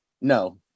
no